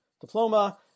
diploma